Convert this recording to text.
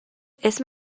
اسم